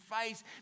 face